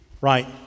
Right